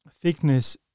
thickness